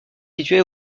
située